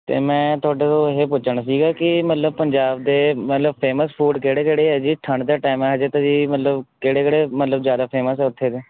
ਅਤੇ ਮੈਂ ਤੁਹਾਡੇ ਤੋਂ ਇਹ ਪੁੱਛਣਾ ਸੀਗਾ ਕਿ ਮਤਲਬ ਪੰਜਾਬ ਦੇ ਮਤਲਬ ਫੇਮਸ ਫੂਡ ਕਿਹੜੇ ਕਿਹੜੇ ਹੈ ਜੀ ਠੰਡ ਦਾ ਟਾਈਮ ਅਜੇ ਤਾਂ ਜੀ ਮਤਲਬ ਕਿਹੜੇ ਕਿਹੜੇ ਮਤਲਬ ਜ਼ਿਆਦਾ ਫੇਮਸ ਉੱਥੇ ਦੇ